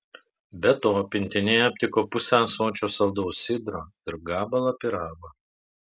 be to pintinėje aptiko pusę ąsočio saldaus sidro ir gabalą pyrago